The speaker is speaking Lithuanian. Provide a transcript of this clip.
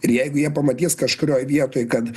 ir jeigu jie pamatys kažkurioj vietoj kad